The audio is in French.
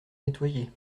nettoyer